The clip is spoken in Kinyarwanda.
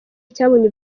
cyabonye